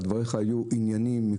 דבריך היו ענייניים,